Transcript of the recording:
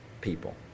people